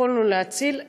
יכולנו להציל,